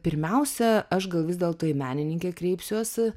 pirmiausia aš gal vis dėlto į menininkę kreipsiuos